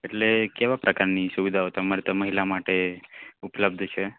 એટલે કેવા પ્રકારની સુવિધાઓ તમારે ત્યાં મહિલા માટે ઉપલબ્ધ છે